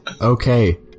Okay